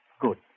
Good